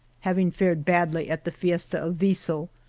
having fared badly at the fiesta of viso,